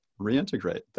reintegrate